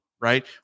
right